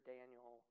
Daniel